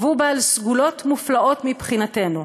והוא בעל סגולות מופלאות מבחינתנו: